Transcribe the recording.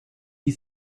die